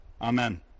Amen